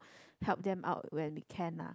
help them out when we can lah